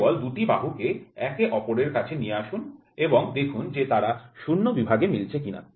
কেবল দুটি বাহুকে একে অপরের কাছে নিয়ে আসুন এবং দেখুন যে তারা ০ বিভাগে মিলছে কিনা